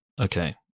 Okay